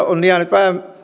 on jäänyt